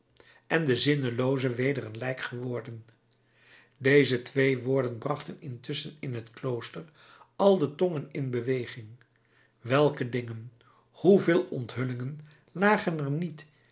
en de zinnelooze weder een lijk geworden deze twee woorden brachten intusschen in het klooster al de tongen in beweging welke dingen hoeveel onthullingen lagen er niet